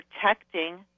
protecting